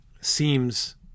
seems